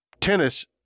tennis